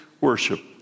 worship